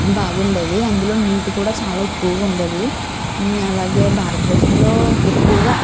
బాగుండేది అందులో నీతి కూడా చాలా ఎక్కువగా ఉండేది అలాగే భారత దేశంలో ఎక్కువగా